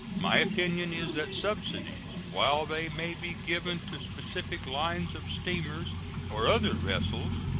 my opinion is that subsidies, while they may be given to specified lines of steamers or other vessels,